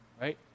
right